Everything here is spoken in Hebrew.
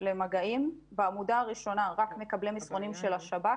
אבל השב"כ איתר 25,000 והעביר מסרונים ל-21,000 ומשהו.